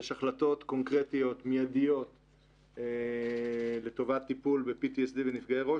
יש החלטות קונקרטיות מידיות לטובת טיפול ב-PTSD ונפגעי ראש.